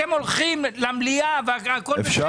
אתם הולכים למליאה והכול בסדר.